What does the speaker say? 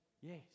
Yes